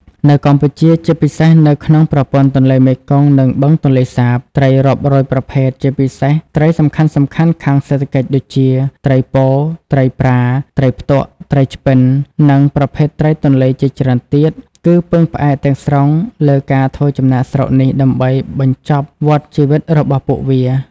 នៅកម្ពុជា ជាពិសេសនៅក្នុងប្រព័ន្ធទន្លេមេគង្គ និងបឹងទន្លេសាប ត្រីរាប់រយប្រភេទ ជាពិសេសត្រីសំខាន់ៗខាងសេដ្ឋកិច្ចដូចជា ត្រីពោ ត្រីប្រា ត្រីផ្ទក់ ត្រីឆ្ពិន និងប្រភេទត្រីទន្លេជាច្រើនទៀត គឺពឹងផ្អែកទាំងស្រុងលើការធ្វើចំណាកស្រុកនេះដើម្បីបញ្ចប់វដ្តជីវិតរបស់ពួកវា។